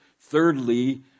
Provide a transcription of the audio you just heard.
thirdly